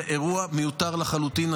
זה אירוע מיותר לחלוטין.